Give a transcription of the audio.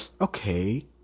okay